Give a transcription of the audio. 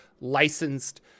licensed